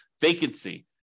vacancy